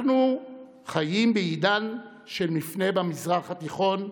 אנחנו חיים בעידן של מפנה במזרח התיכון.